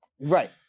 Right